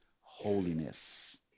holiness